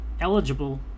eligible